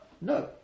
No